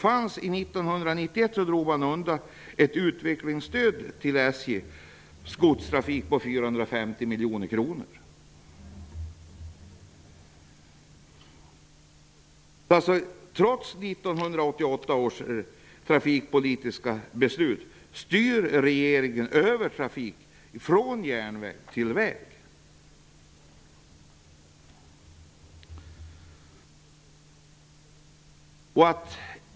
År 1991 drog man undan ett utvecklingsstöd till SJ:s godstrafik på 450 miljoner kronor. Trots 1988 års trafikpolitiska beslut styr regeringen över trafik från järnväg till väg.